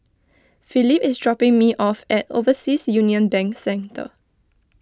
Philip is dropping me off at Overseas Union Bank Centre